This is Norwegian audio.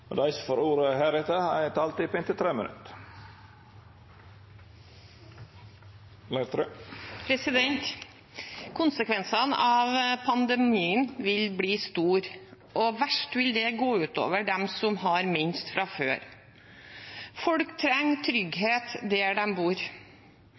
som heretter får ordet, har ei taletid på 3 minutt. Konsekvensene av pandemien vil bli store, og verst vil det gå ut over dem som har minst fra før. Folk trenger